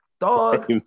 dog